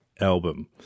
album